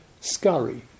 scurry